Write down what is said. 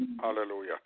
Hallelujah